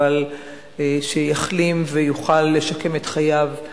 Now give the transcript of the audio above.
אבל שיחלים ויוכל לשקם את חייו.